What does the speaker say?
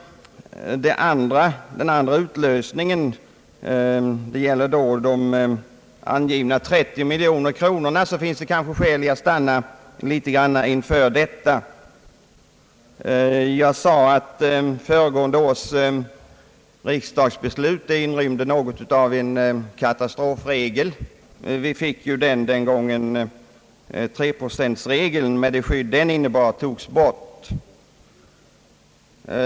Den andra utlösningen gäller de angivna 30 miljoner kronorna, och det finns kanske anledning att något stanna inför detta. Jag sade att förra årets riksdagsbeslut inrymde något av en katastrofregel. Vi fick den samtidigt med att treprocentregeln med det skydd den innebar togs bort.